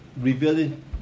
revealing